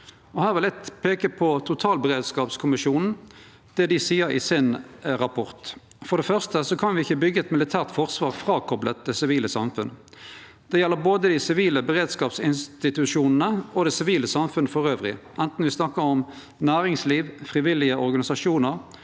Her vil eg peike på det totalberedskapskommisjonen seier i rapporten sin. For det første kan me ikkje byggje eit militært forsvar fråkopla det sivile samfunnet. Det gjeld både dei sivile beredskapsinstitusjonane og det sivile samfunnet elles, anten me snakkar om næringsliv, frivillige organisasjonar